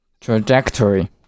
Trajectory